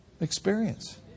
experience